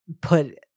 put